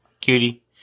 Cutie